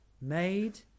made